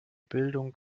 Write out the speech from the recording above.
bildung